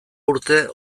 urte